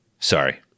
Sorry